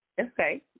Okay